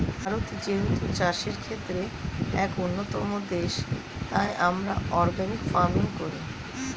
ভারত যেহেতু চাষের ক্ষেত্রে এক অন্যতম দেশ, তাই আমরা অর্গানিক ফার্মিং করি